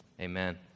Amen